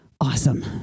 awesome